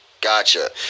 Gotcha